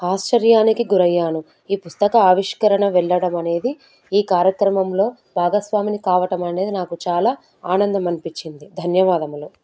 ఆశ్చర్యానికి గురయ్యాను ఈ పుస్తక ఆవిష్కరణ వెళ్ళడం అనేది ఈ కార్యక్రమంలో భాగస్వామిని కావటం అనేది నాకు చాలా ఆనందం అనిపించింది ధన్యవాదములు